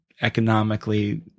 economically